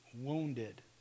wounded